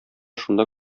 шунда